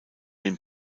den